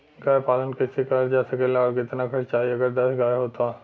गाय पालन कइसे करल जा सकेला और कितना खर्च आई अगर दस गाय हो त?